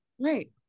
right